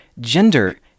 gender